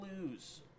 lose